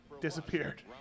disappeared